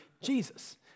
Jesus